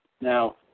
now